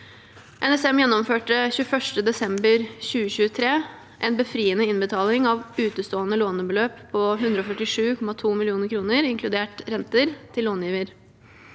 NSM gjennomførte 21. desember 2023 en befriende innbetaling av utestående lånebeløp på 147,2 mill. kr, inkludert renter, til långiver.